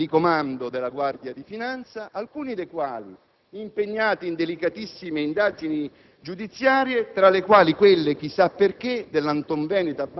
alla procura generale di Milano, ha affermato di non condividere la necessità di quegli avvicendamenti. Quattro ufficiali,